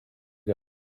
ago